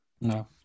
No